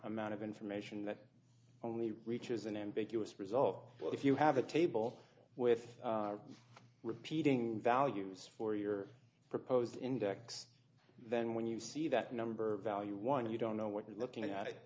amount of information that only reaches an ambiguous result but if you have a table with repeating values for your proposed index then when you see that number value one you don't know what you're looking at it